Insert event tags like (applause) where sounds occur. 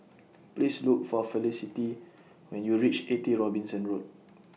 (noise) Please Look For Felicity when YOU REACH eighty Robinson Road (noise)